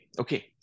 okay